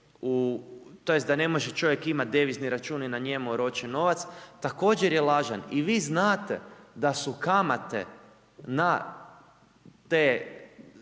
tj. da ne može čovjek imati devizni račun i na njemu oročen novac, također je lažan i vi znate da su kamate na te